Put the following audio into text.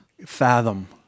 fathom